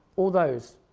all those.